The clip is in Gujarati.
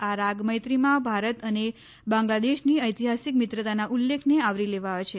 આ રાગ મૈત્રીમાં ભારત અને બાંગ્લાદેશની ઐતિહાસિક મિત્રતાના ઉલ્લેખને આવરી લેવાયો છે